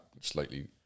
Slightly